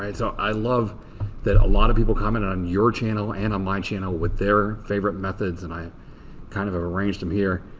so i love that a lot of people commented on your channel and on my channel with their favorite methods. and i kind of of arranged them here.